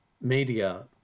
media